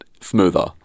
smoother